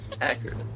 Accurate